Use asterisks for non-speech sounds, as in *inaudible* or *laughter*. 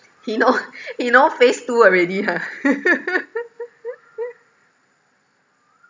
he know he know phase two already ah *laughs*